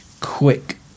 quick